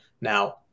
Now